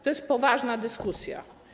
To jest poważna dyskusja.